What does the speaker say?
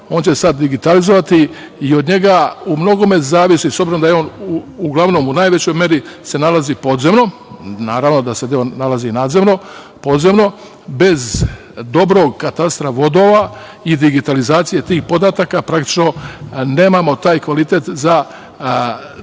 će se sad digitalizovati i od njega umnogome zavisi, s obzirom da se on uglavnom, u najvećoj meri, nalazi podzemno, naravno da se deo nalazi i nadzemno, bez dobrog katastra vodova i digitalizacije tih podataka praktično nemamo taj kvalitet za